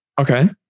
okay